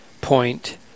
Point